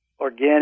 organic